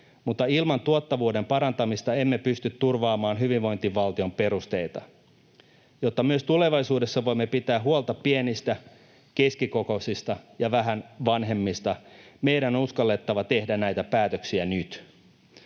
mutta ilman tuottavuuden parantamista emme pysty turvaamaan hyvinvointivaltion perusteita. Jotta myös tulevaisuudessa voimme pitää huolta pienistä, keskikokoisista ja vähän vanhemmista, meidän on uskallettava tehdä näitä päätöksiä nyt.